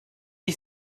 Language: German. ich